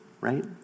right